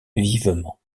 vivement